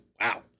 wow